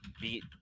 beat